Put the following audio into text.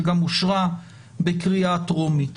שגם אושרה בקריאה טרומית.